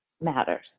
matters